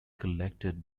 collected